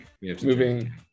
moving